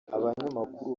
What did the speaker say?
abanyamakuru